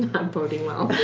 boding well.